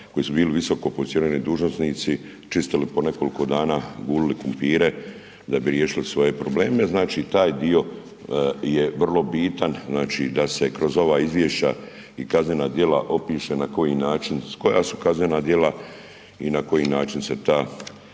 koji su bili visoko pozicionirani dužnosnici, čistili po nekoliko dana, gulili krumpire da bi riješili svoje probleme, znači taj dio je vrlo bitan, znači da se kroz ova izvješća i kaznena djela opiše na koji način, koja su kaznena djela i na koji način se ta